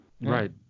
Right